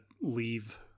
leave